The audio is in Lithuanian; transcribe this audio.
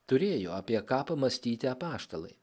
turėjo apie ką pamąstyti apaštalai